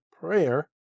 prayer